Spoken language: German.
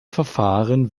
verfahren